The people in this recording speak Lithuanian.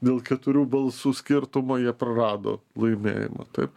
dėl keturių balsų skirtumo jie prarado laimėjimą taip